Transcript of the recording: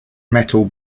metal